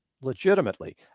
legitimately